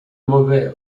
mauvais